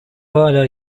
hâlâ